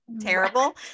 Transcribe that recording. terrible